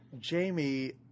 Jamie